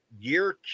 year